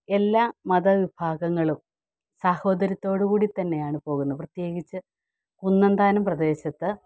എല്ലാ മതവിഭാഗങ്ങളും സാഹോദര്യത്തോടു കൂടി തന്നെയാണ് പോകുന്നത് പ്രത്യേകിച്ച് കുന്നന്താനം പ്രദേശത്ത്